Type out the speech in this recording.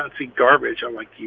nazi garbage. i'm like,